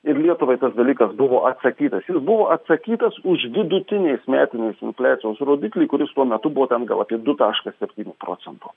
ir lietuvai tas dalykas buvo atsakytas jis buvo atsakytas už vidutinės metinės infliacijos rodiklį kuris tuo metu buvo ten gal apie du taškas septyni procento